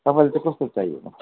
तपाईँलाई चाहिँ कस्तो चाहिएको